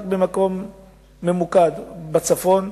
רק במקום ממוקד בצפון,